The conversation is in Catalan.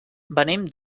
venim